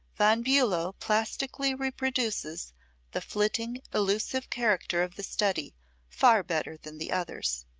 von bulow plastically reproduces the flitting, elusive character of the study far better than the others.